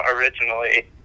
Originally